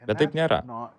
bet taip nėra